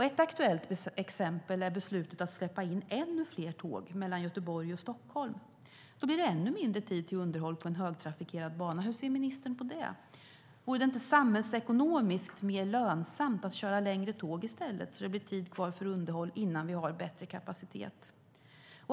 Ett aktuellt exempel är beslutet att släppa in ännu fler tåg mellan Göteborg och Stockholm. Då blir det ännu mindre tid till underhåll på en högtrafikerad bana. Hur ser ministern på det? Vore det inte samhällsekonomiskt mer lönsamt att köra längre tåg i stället, så att det blir tid kvar för underhåll innan vi har bättre kapacitet?